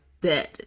dead